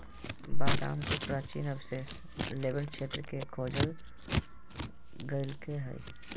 बादाम के प्राचीन अवशेष लेवेंट क्षेत्र में खोजल गैल्के हइ